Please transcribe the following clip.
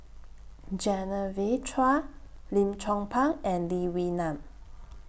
Genevieve Chua Lim Chong Pang and Lee Wee Nam